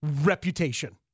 reputation